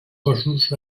cossos